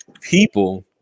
people